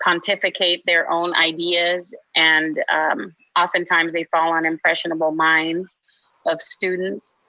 pontificate their own ideas and oftentimes they fall on impressionable minds of students.